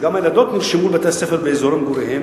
שגם הילדות נרשמו לבתי-ספר באזור מגוריהן,